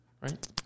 right